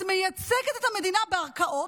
את מייצגת את המדינה בערכאות,